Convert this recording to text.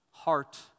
heart